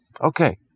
Okay